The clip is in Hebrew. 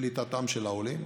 לקליטתם של העולים,